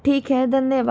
ठीक है धन्यवाद